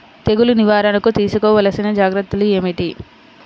తెగులు నివారణకు తీసుకోవలసిన జాగ్రత్తలు ఏమిటీ?